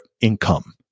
income